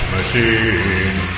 Machine